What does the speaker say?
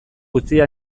utzia